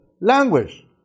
language